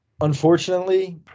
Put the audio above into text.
Unfortunately